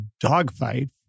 dogfight